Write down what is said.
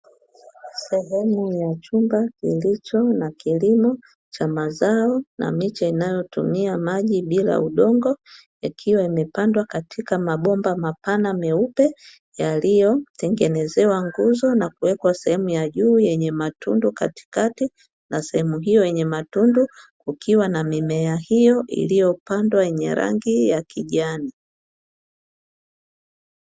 Sehemu ya chumba ilicho na kilimo cha mazao na miche inayotumia maji bila udongo, ikiwa imepandwa katika mabomba mapana meupe yaliyotengenezewa nguzo na kuweka sehemu ya juu yenye matundu katikati na sehemu hiyo yenye matundu kukiwa na mimea hiyo iliyopandwa yenye rangi ya kijani.